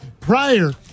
prior